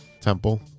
Temple